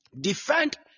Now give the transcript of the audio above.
defend